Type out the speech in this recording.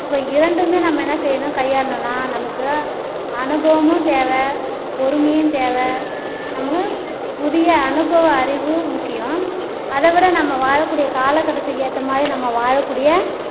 அப்போ இரண்டுமே நம்ம என்ன செய்யணும் கையாளணும்னால் நமக்கு அனுபவமும் தேவை பொறுமையும் தேவை நமக்கு புதிய அனுபவ அறிவு முக்கியம் அதை விட நம்ம வாழக்கூடிய காலகட்டத்துக்கு ஏற்ற மாதிரி நம்ம வாழக்கூடிய